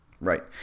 Right